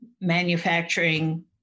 manufacturing